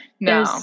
no